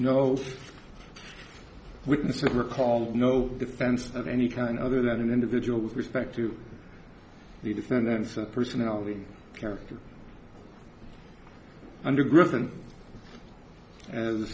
no witnesses were called no defense of any kind other than an individual with respect to the defendant's personality character under griffin and